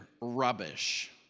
rubbish